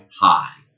high